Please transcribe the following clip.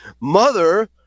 mother